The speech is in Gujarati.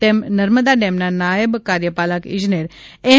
તેમ નર્મદા ડેમના નાયબ કાર્યપાલક ઇજનેર એમ